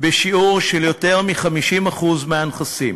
בשיעור של יותר מ-50% מהנכסים.